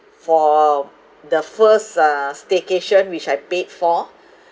for the first uh staycation which I paid for